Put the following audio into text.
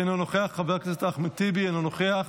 אינו נוכח, חבר הכנסת אחמד טיבי, אינו נוכח,